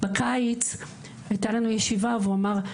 בקיץ היתה לנו ישיבה והוא אמר,